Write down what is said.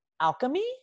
alchemy